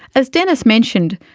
as denis mentioned,